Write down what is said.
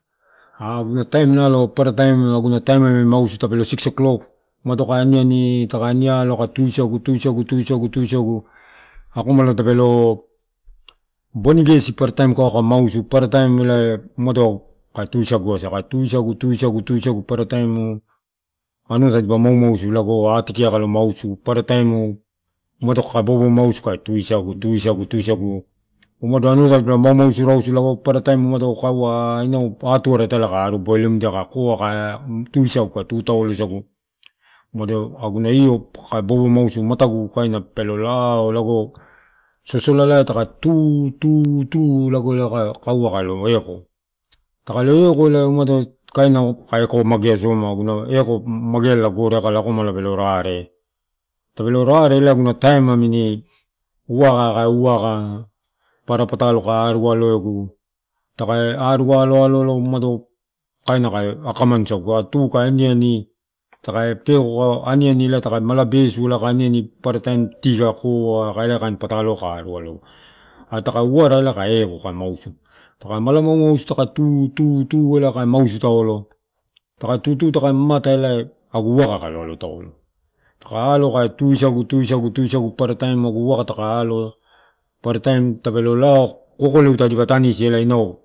Aguna taim nalo, parataim agunataim namini mausu tepolo six o'clock, umado takae aniani, takae anialoa kae tusagu, tusagu, tusagu, tusagu akomala tepelo, boni gesi paparataim kaeua ka masiu parataim ela umado kae tusagu asa kae tusagu, tusagu, tusagu, tusagu parataim auna tadipa mau mausu lago atikiai kalo mausu parataim umado kaeka bobo mausu kae tusagu, tusagu, tusagu umado anua tadipa maumausu rausu lago kaeua ahh inau atuara ka arua boilimua kae koa kae tusagu kae tuu taolo sae gu. Umado aguna io kaka bobo mausu matagu kaina pelo lao, lago sosolalai taka tu, tu, tu lago elai kaeua kaelo eko. Takalo eko elae kaina kae eko magea soma, aguna eko mageala la goreaka akomala pelorare. Tepelo rare, elae aguna taim namini, uaka kae uaka paara patalo kae aruu aloegu, takae aruu aloalo umado kaina kae akama na isagu. Kae tuu kae aniani parataim ti kae koa aka elaikain pataloua ka arua aloegu. Aree takae wara elae kae ekoo kae mausu. Takae mala maumausu taka tu- tu- tu elae kae mausu taolo, takae aloa elai ka tusagu, tusagu, tusagu parataim agu vaka takae aloa parataim tepelo lao kokoleu tadipa tanisi elae inau.